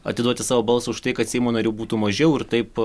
atiduoti savo balsą už tai kad seimo narių būtų mažiau ir taip